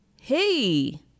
Hey